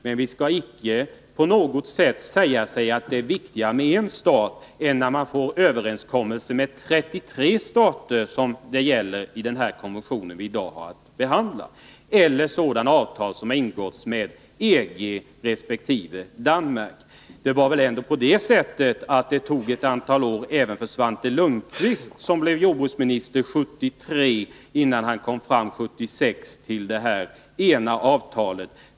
Men man kan inte säga att det är viktigare att nå överenskommelser med en stat än med 33 stater, som det gäller i den här konventionen som vi i dag har att behandla — eller sådana avtal som har ingåtts med EG resp. Danmark. Det tog väl ett antal år även för Svante Lundkvist, som blev jordbruksminister 1973, innan han nådde fram till detta enda avtal 1976.